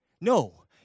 No